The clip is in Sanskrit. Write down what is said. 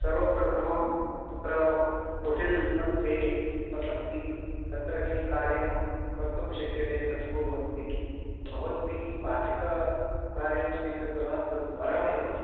सर्वप्रथमं तत्र होटेल्मध्ये वसन्ति तत्र किं कार्यं कर्तुं शक्यते तत् कुर्वन्ति भवद्भिः पाचककार्यं स्वीकृतवान् तद्वरमेव